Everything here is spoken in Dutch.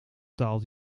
daalt